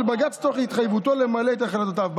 בג"ץ תוך התחייבות למלא את החלטותיו".